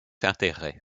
intérêt